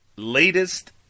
latest